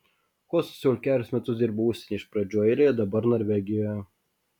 kostas jau kelerius metus dirba užsienyje iš pradžių airijoje dabar norvegijoje